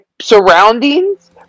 surroundings